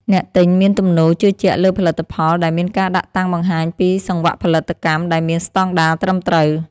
អ្នកទិញមានទំនោរជឿជាក់លើផលិតផលដែលមានការដាក់តាំងបង្ហាញពីសង្វាក់ផលិតកម្មដែលមានស្តង់ដារត្រឹមត្រូវ។